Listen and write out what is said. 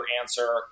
answer